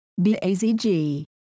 BAZG